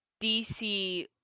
DC